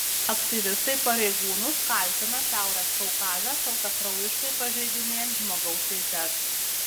aktyvistai pareigūnus kaltina šiaurės kaukaze šaltakraujiškai pažeidinėjant žmogaus teises